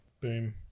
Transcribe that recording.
boom